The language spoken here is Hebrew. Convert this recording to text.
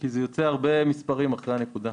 כי זה יוצא הרבה מספרים אחרי הנקודה.